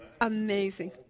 Amazing